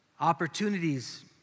opportunities